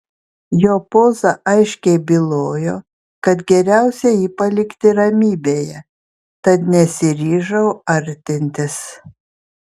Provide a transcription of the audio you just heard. jo poza aiškiai bylojo kad geriausia jį palikti ramybėje tad nesiryžau artintis